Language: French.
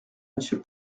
monsieur